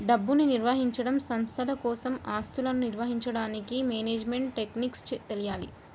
డబ్బుని నిర్వహించడం, సంస్థల కోసం ఆస్తులను నిర్వహించడానికి మేనేజ్మెంట్ టెక్నిక్స్ తెలియాలి